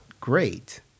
great